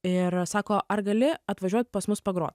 ir sako ar gali atvažiuot pas mus pagrot